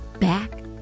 back